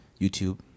YouTube